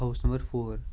house number four